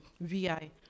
VI